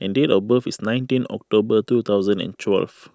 and date of birth is nineteen October two thousand and twelve